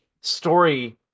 story